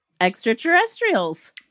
extraterrestrials